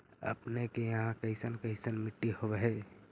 अपने के यहाँ कैसन कैसन मिट्टी होब है?